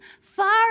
far